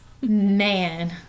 Man